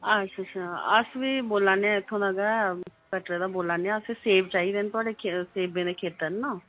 अच्छा अच्छा अस बी बोला ने आं इत्थुं दा गै कटरा दा बोला ने आं अस सेब चाहिदे न थुआढ़े सेबें दे खेत्तर न